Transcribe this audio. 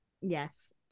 Yes